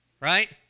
right